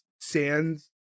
sands